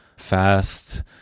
fast